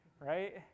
right